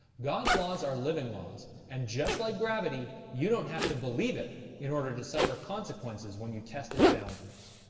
god's laws are living laws and just like gravity, you don't have to believe it in order to suffer consequences when you test its boundaries.